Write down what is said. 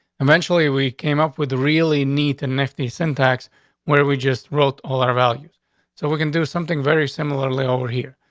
eventually we came up with really neat and nifty syntax where we just wrote all our values so we can do something very similarly over here.